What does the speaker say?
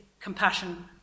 compassion